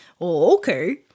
Okay